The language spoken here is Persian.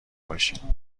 باشین